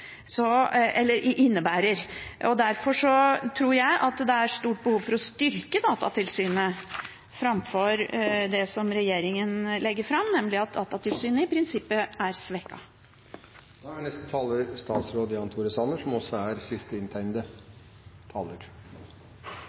innebærer. Derfor tror jeg det er stort behov for å styrke Datatilsynet framfor det som regjeringen legger fram, nemlig at Datatilsynet i prinsippet er